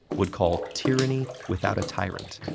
would call tyranny without a tyrant.